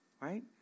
Right